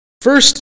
First